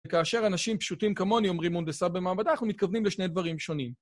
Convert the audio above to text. כאשר אנשים פשוטים כמוני אומרים הונדסה במעבדה, אנחנו מתכוונים לשני דברים שונים.